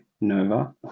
Nova